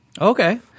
Okay